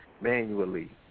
manually